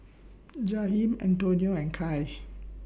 Jaheim Antonio and Kaia